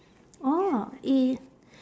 orh i~